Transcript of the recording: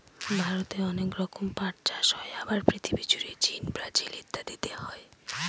ভারতে অনেক রকম ভাবে পাট চাষ হয়, আর পৃথিবী জুড়ে চীন, ব্রাজিল ইত্যাদিতে হয়